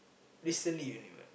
recently only what